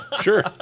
Sure